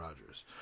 Rodgers